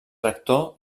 rector